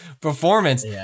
performance